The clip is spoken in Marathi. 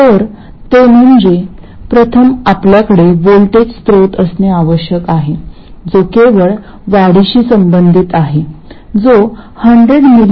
तर ते म्हणजे प्रथम आपल्याकडे व्होल्टेज स्त्रोत असणे आवश्यक आहे जो केवळ वाढीशी संबंधित आहे जो 100mV sinωt आहे